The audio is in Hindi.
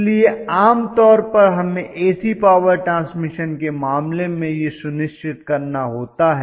इसलिए आमतौर पर हमें AC पॉवर ट्रांसमिशन के मामले में यह सुनिश्चित करना होता है